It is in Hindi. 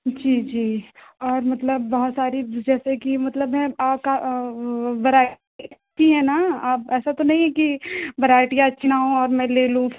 जी जी और मतलब बहुत सारी जैसे कि मतलब है का वैरायटी है ना ऐसा तो नहीं है कि वैराईटियां ना हों और मैं ले लूँ